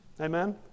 Amen